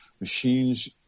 machines